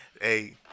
hey